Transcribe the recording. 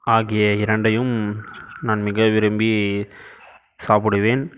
ஆகிய இரண்டையும் நான் மிக விரும்பி சாப்பிடுவேன்